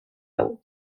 hau